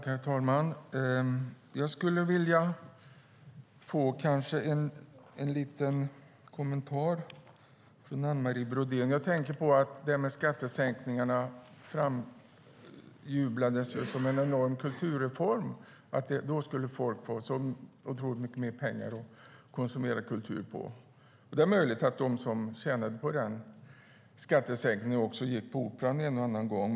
Herr talman! Jag skulle vilja få en liten kommentar från Anne Marie Brodén. Skattesänkningarna framjublades ju som en enorm kulturreform. Det skulle ge folk så otroligt mycket mer pengar att konsumera kultur för, och det är möjligt att de som tjänade på skattesänkningarna också gick på operan en och annan gång.